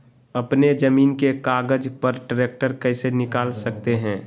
अपने जमीन के कागज पर ट्रैक्टर कैसे निकाल सकते है?